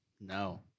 No